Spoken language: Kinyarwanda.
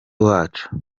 wacu